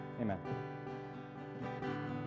Amen